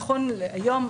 נכון להיום,